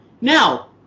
Now